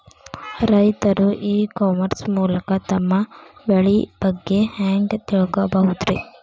ರೈತರು e commerce ಮೂಲಕ ತಮ್ಮ ಬೆಳಿ ಬಗ್ಗೆ ಹ್ಯಾಂಗ ತಿಳ್ಕೊಬಹುದ್ರೇ?